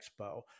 expo